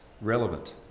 relevant